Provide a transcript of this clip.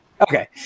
okay